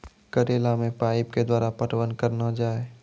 करेला मे पाइप के द्वारा पटवन करना जाए?